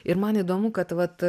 ir man įdomu kad vat